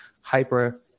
Hyper